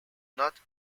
not